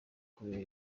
kubera